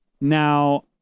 Now